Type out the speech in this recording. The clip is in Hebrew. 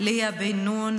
ליה בן נון,